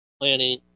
planning